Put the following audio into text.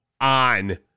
on